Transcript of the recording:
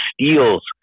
steals